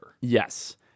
Yes